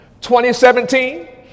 2017